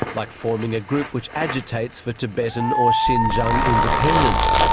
like forming a group which agitates for tibetan or xinjiang independence.